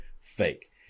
fake